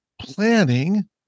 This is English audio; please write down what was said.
planning